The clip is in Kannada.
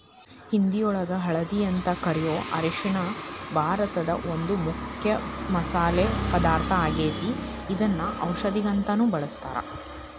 ಹಿಂದಿಯೊಳಗ ಹಲ್ದಿ ಅಂತ ಕರಿಯೋ ಅರಿಶಿನ ಭಾರತದ ಒಂದು ಮುಖ್ಯ ಮಸಾಲಿ ಪದಾರ್ಥ ಆಗೇತಿ, ಇದನ್ನ ಔಷದಕ್ಕಂತಾನು ಬಳಸ್ತಾರ